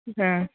ஆ